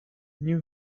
new